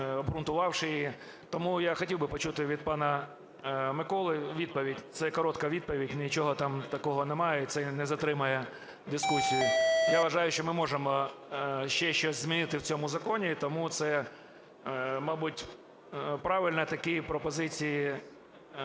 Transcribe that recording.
обґрунтувавши її. Тому я хотів би почути від пана Миколи відповідь, це коротка відповідь, нічого там такого немає, і це не затримає дискусію. Я вважаю, що ми можемо ще щось змінити в цьому законі, тому це, мабуть, правильно такі пропозиції